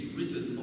risen